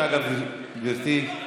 בבקשה, גברתי.